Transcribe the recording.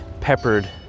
peppered